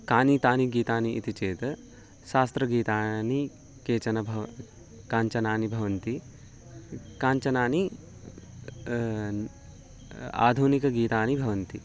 कानि तानि गीतानि इति चेत् शास्त्रगीतानि केचन भव काञ्चनानि भवन्ति काञ्चनानि आधुनिक गीतानि भवन्ति